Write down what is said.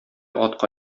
атка